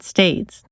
States